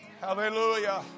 Hallelujah